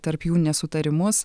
tarp jų nesutarimus